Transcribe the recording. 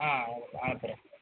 ஆ அனுப்புகிறேன்